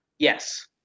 Yes